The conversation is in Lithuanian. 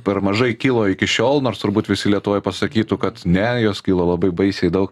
per mažai kilo iki šiol nors turbūt visi lietuvoj pasakytų kad ne jos kyla labai baisiai daug